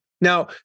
Now